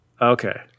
Okay